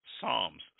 Psalms